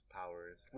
powers